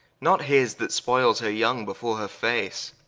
not his that spoyles her yong before her face.